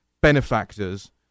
benefactors